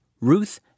Ruth